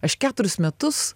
aš keturis metus